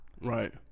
Right